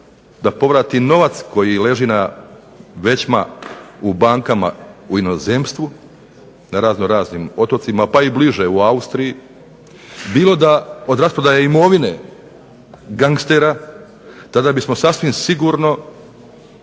da povrati novac koji leži većma u bankama i inozemstvu, na razno raznim otocima, pa i bliže u Austriji, bilo da je od rasprodaje imovine gangstera tada sasvim sigurno